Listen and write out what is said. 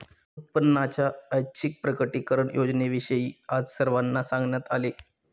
उत्पन्नाच्या ऐच्छिक प्रकटीकरण योजनेविषयी आज सर्वांना सांगण्यात आले